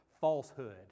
falsehood